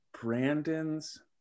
Brandon's